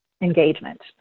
engagement